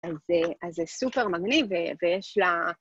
אז זה סופר מגניב, ויש לה...